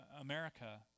America